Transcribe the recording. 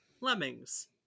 lemmings